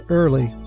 early